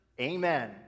amen